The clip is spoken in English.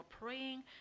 praying